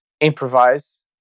improvise